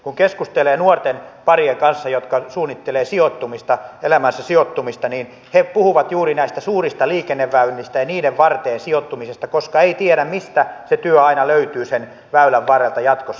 kun keskustelee nuortenparien kanssa jotka suunnittelevat sijoittumista elämänsä sijoittumista niin he puhuvat juuri näistä suurista liikenneväylistä ja niiden varteen sijoittumisesta koska ei tiedä mistä se työ aina löytyy sen väylän varrelta jatkossa